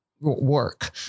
work